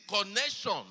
connection